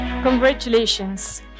Congratulations